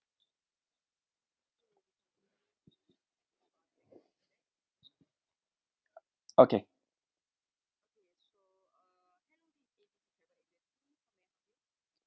okay